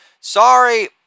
Sorry